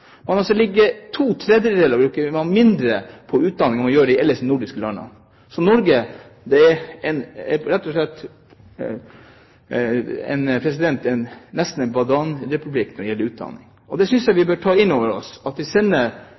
man ligger flere år etter med utdanningen. Man bruker to tredeler mindre på utdanning enn det man gjør i de andre nordiske landene. Så Norge er rett og slett nesten en bananrepublikk når det gjelder utdanning. Jeg synes vi burde ta inn over oss at vi sender